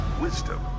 wisdom